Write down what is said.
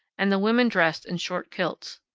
and the women dressed in short kilts.